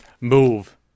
move